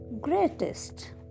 greatest